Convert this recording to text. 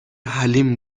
حلیم